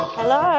Hello